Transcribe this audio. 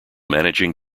managing